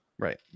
Right